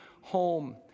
home